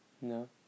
No